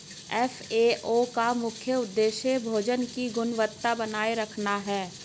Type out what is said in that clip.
FAO का मुख्य उदेश्य भोजन की गुणवत्ता बनाए रखना है